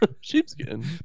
sheepskin